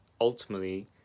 ultimately